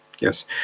Yes